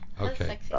Okay